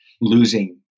losing